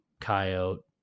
coyote